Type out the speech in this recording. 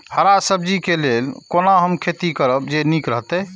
हरा सब्जी के लेल कोना हम खेती करब जे नीक रहैत?